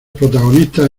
protagonistas